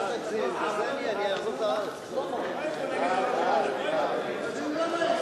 הצעת הסיכום שהביא חבר הכנסת עפו אגבאריה לא נתקבלה.